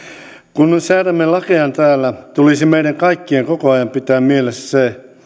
kun säädämme lakeja täällä tulisi meidän kaikkien koko ajan pitää mielessä se